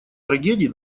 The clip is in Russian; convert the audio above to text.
трагедий